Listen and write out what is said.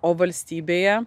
o valstybėje